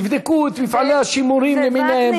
תבדקו את מפעלי השימורים למיניהם.